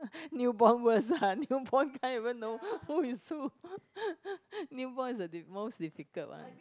newborn worse ah newborn can't even know who is who newborn is the m~ most difficult one